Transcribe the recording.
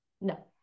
no